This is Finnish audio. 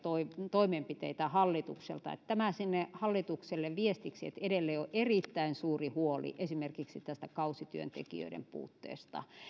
toimenpiteitä hallitukselta eli tämä sinne hallitukselle viestiksi että edelleen on erittäin suuri huoli esimerkiksi tästä kausityöntekijöiden puutteesta